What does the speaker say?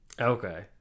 Okay